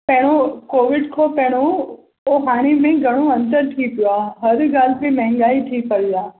पहिरों कोविड खां पहिरों पोइ हाणे में घणो अंतर थी पियो आहे हर ॻाल्हि ते महांगाइ थी पेई आहे